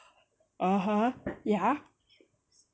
(uh huh) yeah